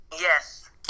yes